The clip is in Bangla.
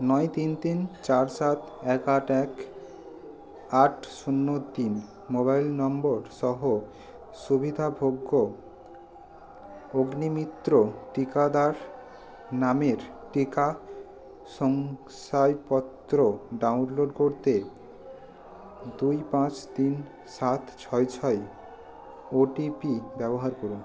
নয় তিন তিন চার সাত এক আট এক আট শূন্য তিন মোবাইল নম্বর সহ সুবিধাভোগ্য অগ্নিমিত্র টিকাদার নামের টিকা শংসায়পত্র ডাউনলোড করতে দুই পাঁচ তিন সাত ছয় ছয় ওটিপি ব্যবহার করুন